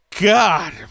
God